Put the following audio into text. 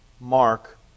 mark